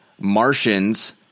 Martians